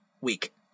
week